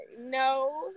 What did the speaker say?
No